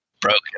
broken